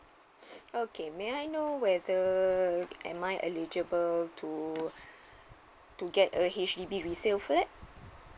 okay may I know whether am I eligible to to get a H_D_B resale flat